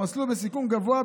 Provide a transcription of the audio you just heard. במסלול בסיכון גבוה,